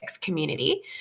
community